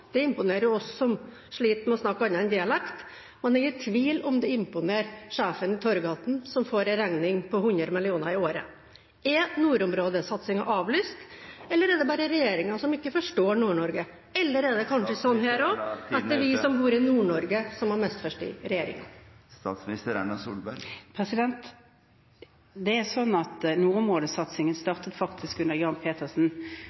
Det imponerer oss som sliter med å snakke noe annet enn dialekt, men jeg er i tvil om det imponerer sjefen i Torghatten som får en regning på 100 mill. kr i året. Er nordområdesatsingen avlyst, eller er det bare regjeringen som ikke forstår Nord-Norge? Eller er det vi som bor i Nord-Norge, som har misforstått regjeringen? Nordområdesatsingen startet faktisk under Jan Petersen, med den store nordområdemeldingen. Jeg er glad for at